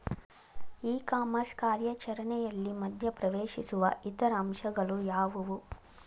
E commerce ಕಾರ್ಯಾಚರಣೆಯಲ್ಲಿ ಮಧ್ಯ ಪ್ರವೇಶಿಸುವ ಇತರ ಅಂಶಗಳು ಯಾವುವು?